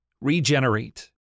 Regenerate